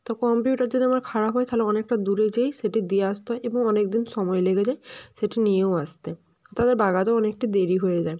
তো কম্পিউটার যদি আমার খারাপ হয় তাহলে অনেকটা দূরে যেয়েই সেটি দিয়ে আসতে হয় এবং অনেক দিন সময় লেগে যায় সেটা নিয়েও আসতে তাদের বাগাতেও অনেকটা দেরি হয়ে যায়